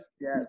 yes